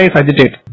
agitate